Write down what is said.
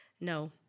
No